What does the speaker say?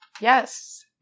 Yes